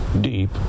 deep